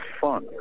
fun